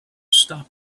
stop